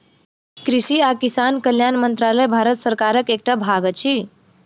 कृषि आ किसान कल्याण मंत्रालय भारत सरकारक एकटा भाग अछि